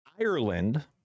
Ireland